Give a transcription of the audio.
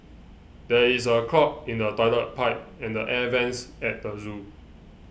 there is a clog in the Toilet Pipe and the Air Vents at the zoo